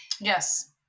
Yes